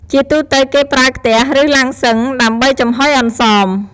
ជាទូទៅគេប្រើខ្ទះ ឬឡាំងសុឹងដើម្បីចំហុយអន្សម។